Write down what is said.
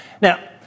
Now